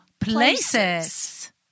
places